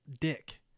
dick